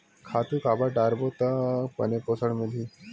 खातु काबर डारबो त बने पोषण मिलही?